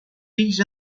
fills